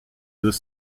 deux